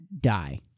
die